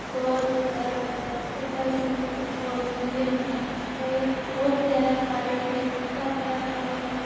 बहुत प्यारा लगता है दर्शन करते बहुत घूमते हमें हम बहुत प्यारा पारक है इतना प्यारा पारक है